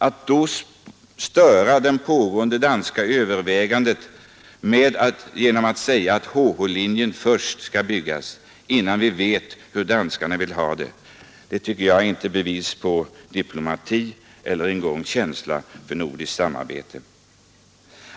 Att då störa det pågående danska övervägandet genom att säga att HH-linjen först skall byggas, innan vi vet hur danskarna vill ha det, tycker jag inte är bevis på diplomati eller ens känsla för nordiskt samarbete.